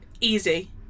Easy